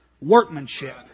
workmanship